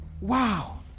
Wow